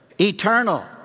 eternal